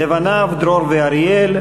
לבניו דרור ואריאל,